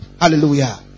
Hallelujah